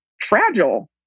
fragile